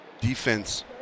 defense